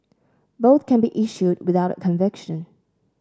both can be issued without a conviction